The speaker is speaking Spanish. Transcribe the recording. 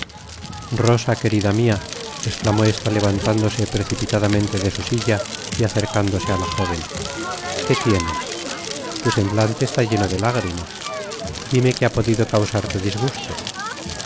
rosa querida mia esclamó ésta levantándose precipitadamente de su silla y acercándose á la joven qué tienes tu semblante está lleno de lágrimas dime qué ha podido causarte disgusto